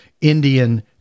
Indian